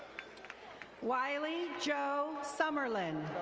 wiley jo summerlin.